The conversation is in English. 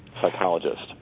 psychologist